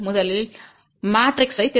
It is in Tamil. முதலில் மேட்ரிக்ஸைத் திறப்போம்